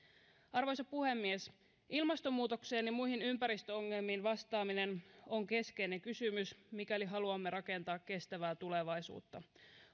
arvoisa puhemies ilmastonmuutokseen ja muihin ympäristöongelmiin vastaaminen on keskeinen kysymys mikäli haluamme rakentaa kestävää tulevaisuutta